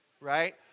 right